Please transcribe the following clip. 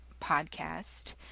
podcast